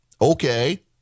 Okay